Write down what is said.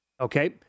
Okay